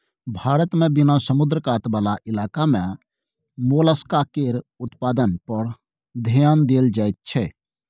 भारत मे बिना समुद्र कात बला इलाका मे मोलस्का केर उत्पादन पर धेआन देल जाइत छै